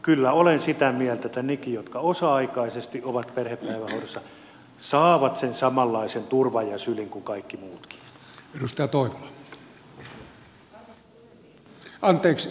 kyllä olen sitä mieltä että nekin jotka osa aikaisesti ovat perhepäivähoidossa saavat sen samanlaisen turvan ja sylin kuin kaikki muutkin